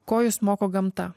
ko jus moko gamta